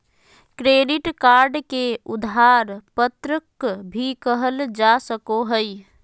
credit card के उधार पत्रक भी कहल जा सको हइ